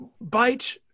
bite